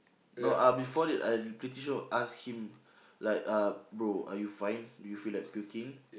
no uh before that I pretty sure ask him like uh bro are you fine do you feel like puking